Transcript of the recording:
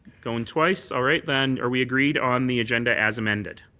going twice. all right then. are we agreed on the agenda as amended?